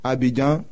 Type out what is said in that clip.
Abidjan